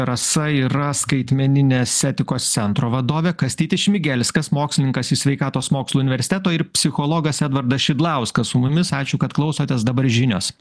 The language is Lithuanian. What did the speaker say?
rasa yra skaitmeninės etikos centro vadovė kastytis šmigelskas mokslininkas iš sveikatos mokslų universiteto ir psichologas edvardas šidlauskas su mumis ačiū kad klausotės dabar žinios